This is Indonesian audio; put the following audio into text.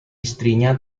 istrinya